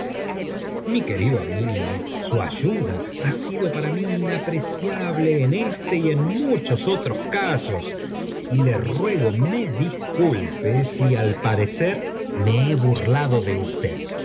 mi querido amigo su ayuda ha sido para mí inapreciable en éste y en muchos otros casos y le ruego me disculpe si al parecer me he burlado p de usted